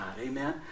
Amen